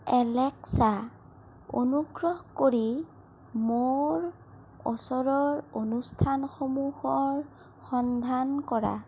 Alexa অনুগ্ৰহ কৰি মোৰ ওচৰৰ অনুষ্ঠানসমূহৰ সন্ধান কৰা